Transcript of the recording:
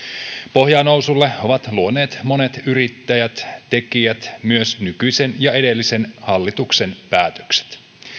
pohjaa nousulle ovat luoneet monet yrittäjät tekijät myös nykyisen ja edellisen hallituksen päätökset